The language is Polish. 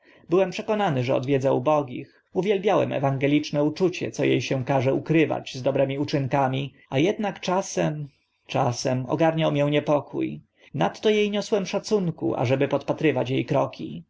byłem przekonany że odwiedza ubogich uwielbiałem ewangeliczne uczucie co e się każe ukrywać z dobrymi uczynkami a ednak czasem czasem ogarniał mię niepokó nadto e niosłem szacunku ażeby podpatrywać e kroki